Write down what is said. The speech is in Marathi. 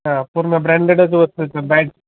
हा पूर्ण ब्रँडेडच वस्तू आहेत ब्रॅंड्